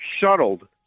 shuttled